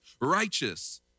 Righteous